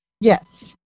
Yes